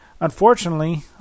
unfortunately